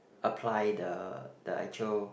apply the the actual